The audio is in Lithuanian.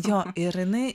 jo ir jinai